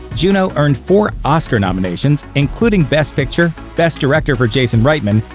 juno earned four oscar nominations, including best picture, best director for jason reitman,